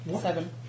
Seven